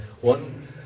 one